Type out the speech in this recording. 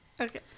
Okay